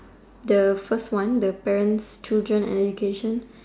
the first one the parents children and education